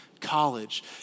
college